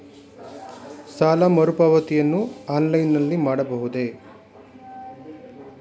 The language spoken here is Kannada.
ಸಾಲ ಮರುಪಾವತಿಯನ್ನು ಆನ್ಲೈನ್ ನಲ್ಲಿ ಮಾಡಬಹುದೇ?